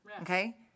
Okay